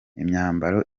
imyambaro